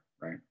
right